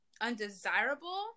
undesirable